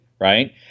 right